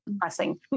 pressing